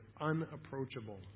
unapproachable